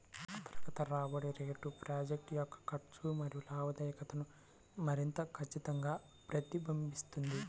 అంతర్గత రాబడి రేటు ప్రాజెక్ట్ యొక్క ఖర్చు మరియు లాభదాయకతను మరింత ఖచ్చితంగా ప్రతిబింబిస్తుంది